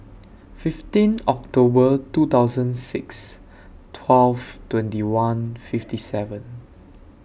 fifteen October two thousand six twelve twenty one fifty seven